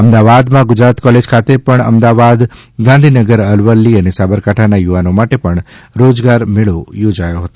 અમદાવાદમાં ગુજરાત કોલેજ ખાતે પણ અમદાવાદ ગાંધીનગર અરવલ્લી સાંબરકાંઠાના યુવાનો માટે પણ રોજગાર મેળો યોજયો હતો